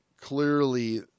clearly